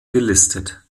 gelistet